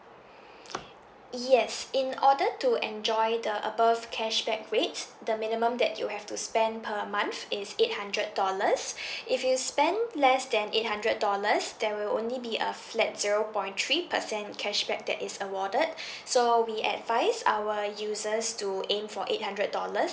yes in order to enjoy the above cashback rates the minimum that you have to spend per month is eight hundred dollars if you spend less than eight hundred dollars there will only be a flat zero point three percent cashback that is awarded so we advise our users to aim for eight hundred dollars